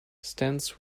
stands